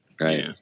right